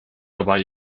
dabei